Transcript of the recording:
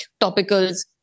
topicals